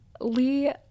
lee